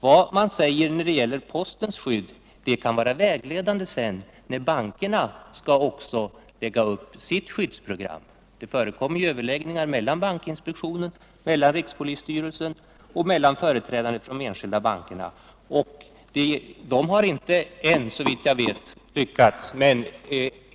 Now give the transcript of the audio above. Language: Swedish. Vad regeringen säger och beslutar beträffande postens skydd kan nämligen komma att bli vägledande för bankerna, när de skall lägga upp sitt skyddsprogram. Det förekommer överläggningar mellan bankinspektionen, rikspolisstyrelsen och företrädare för de enskilda bankerna, men såvitt jag vet har man ännu inte lyckats lösa frågan.